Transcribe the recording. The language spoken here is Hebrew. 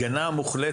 עם הגנה מוחלטת.